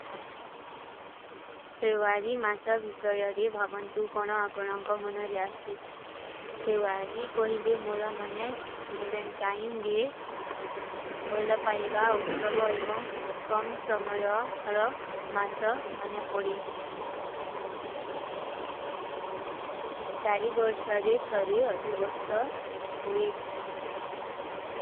ଫେଵାରୀ ମାସା ଵିଶଯ ରେ ଭାପନ୍ତୂ କୋନା ଆପନାଂ କା ମନର ଯାସେ। ଫେଵାରୀ କହିଲେ ମୁରା ମନେ ବେଲେଂ କାହିଂ ଗେ। ଭଲା ପାଈବା ଉସ୍ସବଵ ଏଵଂ କମ ସମଯ ଔର ମାସା ମନେ ପଡେ। ଚାରୀ ବର୍ସ ରେ ଥରେ ଅଧି ବର୍ସ ହୁଏ।